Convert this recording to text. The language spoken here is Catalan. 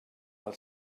pel